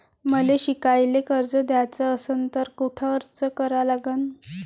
मले शिकायले कर्ज घ्याच असन तर कुठ अर्ज करा लागन?